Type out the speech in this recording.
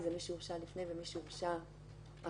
כי זה מי שהורשע לפני ומי שהורשע אחרי.